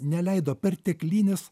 neleido perteklinis